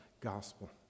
gospel